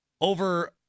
over